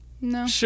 No